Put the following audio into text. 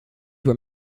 were